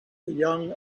young